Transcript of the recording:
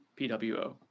PWO